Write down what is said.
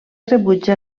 rebutja